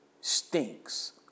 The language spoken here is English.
stinks